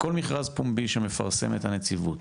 כל מכרז פומבי שמפרסמת הנציבות,